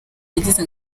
yagize